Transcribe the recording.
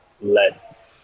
let